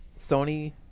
Sony